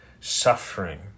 suffering